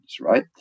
right